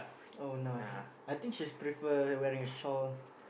oh nah I thinks she prefer wearing a shawl